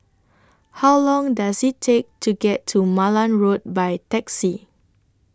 How Long Does IT Take to get to Malan Road By Taxi